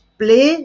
play